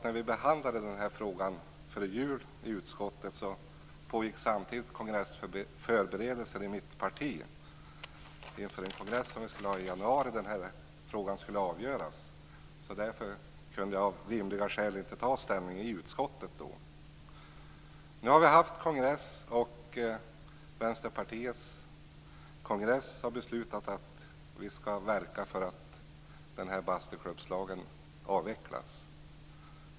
När vi behandlade frågan i utskottet före jul pågick samtidigt kongressförberedelser i mitt parti inför en kongress i januari då denna fråga skulle avgöras. Därför kunde jag av rimliga skäl inte ta ställning i utskottet då. Nu har vi i Vänsterpartiet haft kongress, och beslutat att vi skall verka för att bastuklubbslagen avvecklas.